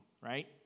right